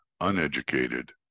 uneducated